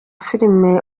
film